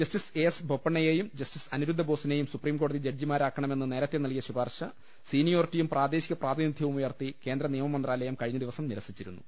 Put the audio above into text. justice A S ബൊപ്പണ്ണയെയും justice അനിരുദ്ധബോ സിനെയും സുപ്രീംകോടതി ജഡ്ജിമാരാക്കണമെന്ന് നേരത്തെ നൽകിയ ശുപാർശ സീനിയോറിറ്റിയും പ്രാദേശിക പ്രാതിനിധ്യവും ഉയർത്തി കേന്ദ്രനിയമമന്ത്രാലയം കഴിഞ്ഞദിവസം നിരസിച്ചിരു ന്നു